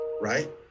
right